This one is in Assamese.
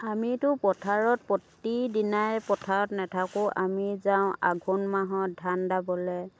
আমিতো পথাৰত প্ৰতি দিনাই পথাৰত নেথাকোঁ আমি যাওঁ আঘোণ মাহত ধান দাবলৈ